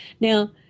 Now